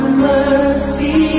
mercy